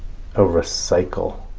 oh, recycle